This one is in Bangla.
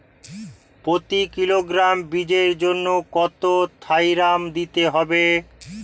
প্রতি কিলোগ্রাম বীজের জন্য কত থাইরাম দিতে হবে?